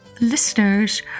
listeners